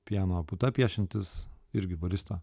pieno puta piešiantis irgi barista